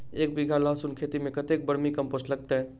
एक बीघा लहसून खेती मे कतेक बर्मी कम्पोस्ट लागतै?